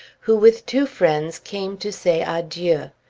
who with two friends came to say adieu.